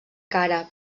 cara